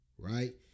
Right